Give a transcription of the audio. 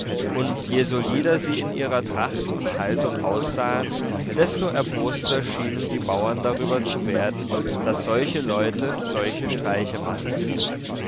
und je solider sie in ihrer tracht und haltung aussahen desto erboster schienen die bauern darüber zu werden daß solche leute solche streiche machten